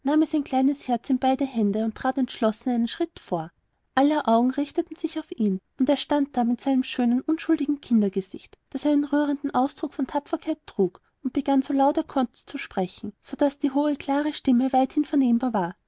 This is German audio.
sein kleines herz in beide hände und trat entschlossen einen schritt vor aller augen richteten sich auf ihn und er stand da mit seinem schönen unschuldigen kindergesicht das einen rührenden ausdruck von tapferkeit trug und begann so laut er konnte zu sprechen so daß die hohe klare stimme weithin vernehmbar war